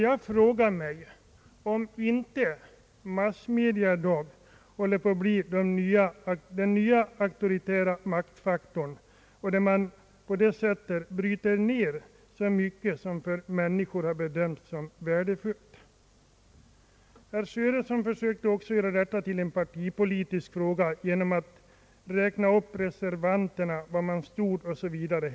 Jag frågar mig om inte massmedia i dag håller på att bli den nya auktoritära maktfaktor genom vilken så mycket av det som människorna har bedömt som värdefullt bryts ned. Herr Sörenson försökte också att göra detta till en partipolitisk fråga genom att räkna upp var reservanterna stod osv.